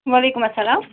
وعلیکُم اسلام